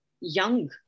young